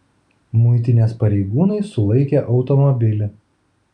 muitinės pareigūnai sulaikė automobilį